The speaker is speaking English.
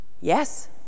Yes